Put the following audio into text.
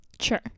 Sure